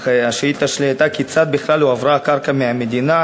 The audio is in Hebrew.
אך השאילתה שלי הייתה: כיצד בכלל הועברה קרקע מהמדינה,